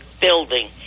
building